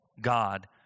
God